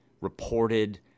reported